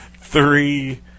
Three